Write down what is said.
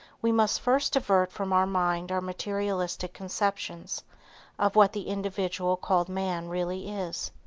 we must first divert from our mind our materialistic conceptions of what the individual called man really is.